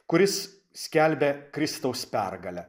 kuris skelbia kristaus pergalę